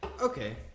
Okay